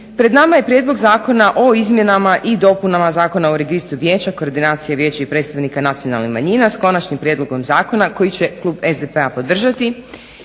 pred nama je prijedlog zakona o izmjenama i dopunama Zakona o registru vijeća koordinacije vijeća i predstavnika nacionalnih manjina s Konačnim prijedlogom zakona koji će klub SDP-a podržati